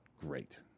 great